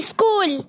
School